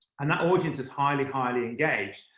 and that audience is highly, highly engaged.